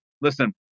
Listen